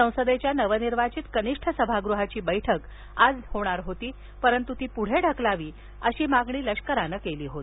संसदेच्या नवनिर्वाचित कनिष्ठ सभागृहाची बैठक आज होणार होती परंतु ती पुढे ढकलावी अशी लष्करानं मागणी केली होती